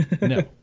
No